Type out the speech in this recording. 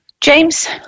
James